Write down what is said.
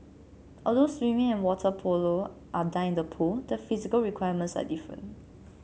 although swimming and water polo are done in the pool the physical requirements are different